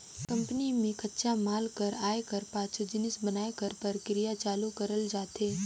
company में कच्चा माल कर आए कर पाछू जिनिस बनाए कर परकिरिया चालू करल जाथे